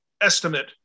estimate